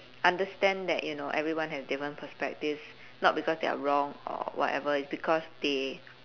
understand that you know everyone has different perspectives not because they're wrong or whatever it's because they